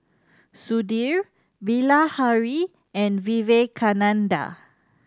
Sudhir Bilahari and Vivekananda